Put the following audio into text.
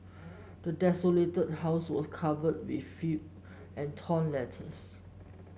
the desolated house was covered in filth and torn letters